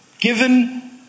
given